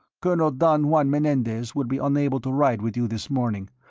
colonel don juan menendez will be unable to ride with you this morning,